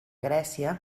grècia